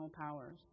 powers